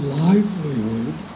livelihood